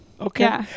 Okay